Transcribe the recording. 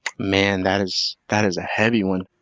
man, that is that is a heavy one.